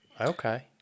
Okay